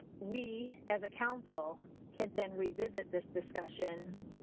we, as a council can then revisit this discussion.